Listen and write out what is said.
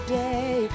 day